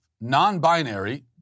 non-binary